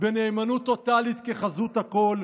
בנאמנות טוטלית כחזות הכול,